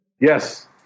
Yes